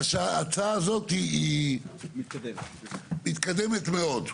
ההצעה הזאת מתקדמת מאוד.